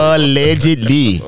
Allegedly